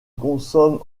consomme